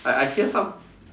I I hear some